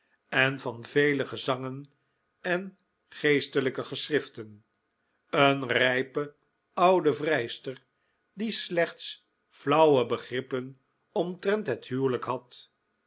en van vele gezangen en geestelijke geschriften een rijpe oude vrijster die slechts flauwe begrippen omtrent het huwelijk had